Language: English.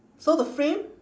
so the frame